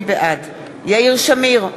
בעד יאיר שמיר,